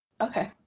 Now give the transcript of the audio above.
Okay